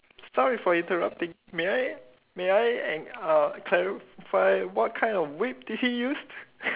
sorry for interrupting may I may I e~ uh clarify what kind of whip did he used